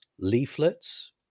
leaflets